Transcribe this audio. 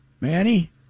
Manny